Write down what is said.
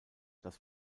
das